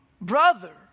brother